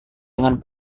dengan